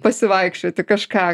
pasivaikščioti kažką